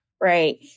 right